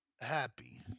happy